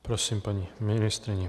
Prosím paní ministryni.